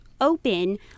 open